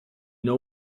know